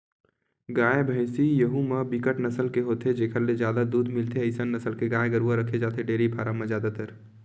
गाय, भइसी यहूँ म बिकट नसल के होथे जेखर ले जादा दूद मिलथे अइसन नसल के गाय गरुवा रखे जाथे डेयरी फारम म जादातर